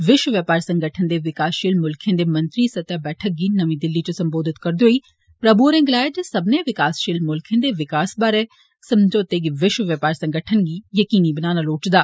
विश्व व्यौपार संगठन दे विकासशील मुल्खें दे मंत्री स्तरीय बैठक गी नमीं दिल्ली इच संबोधित करदे होई प्रमु होरें गलाया जे सब्बने विकासशील मुल्खें दे विकास बारै समझौते गी विश्व व्यौपार संगठन गी यकीनी बनाना लोड़चदा